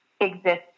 exists